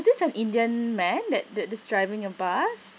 this is an indian man that that's driving your bus